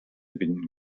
binden